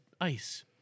ice